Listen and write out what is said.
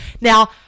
now